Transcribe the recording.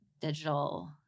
Digital